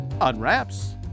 Unwraps